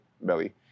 belly